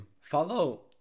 Follow